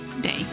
day